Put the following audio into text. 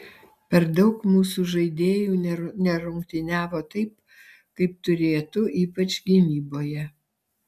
per daug mūsų žaidėjų nerungtyniavo taip kaip turėtų ypač gynyboje